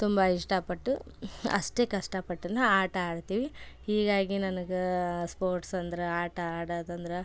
ತುಂಬ ಇಷ್ಟಪಟ್ಟು ಅಷ್ಟೇ ಕಷ್ಟಪಟ್ಟುನ ಆಟ ಆಡ್ತೀವಿ ಹೀಗಾಗಿ ನನ್ಗೆ ಸ್ಪೋಟ್ಸ್ ಅಂದ್ರೆ ಆಟ ಆಡೋದಂದ್ರೆ